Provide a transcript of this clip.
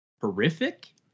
horrific